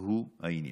הוא העניין.